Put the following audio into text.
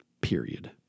period